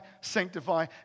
sanctify